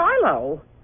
Shiloh